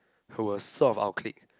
who was sort of our clique